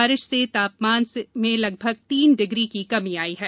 बारिश से तापमान से लगभग तीन डिग्री की कमी आई है